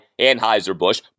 Anheuser-Busch